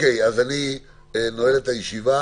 אני נועל את הישיבה,